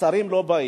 השרים לא באים,